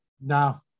No